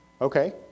Okay